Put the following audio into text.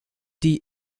die